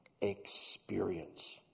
experience